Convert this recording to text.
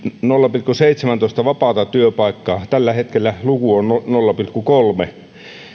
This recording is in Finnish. nolla pilkku seitsemäntoista vapaata työpaikkaa tällä hetkellä luku on nolla pilkku kolme